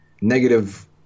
negative